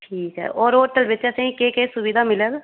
ठीक ऐ और होटल बिच असें गी केह केह सुविधा मिलग